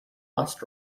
must